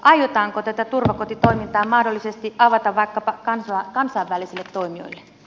aiotaanko tätä turvakotitoimintaa mahdollisesti avata vaikkapa kansainvälisille toimijoille